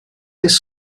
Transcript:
his